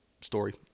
story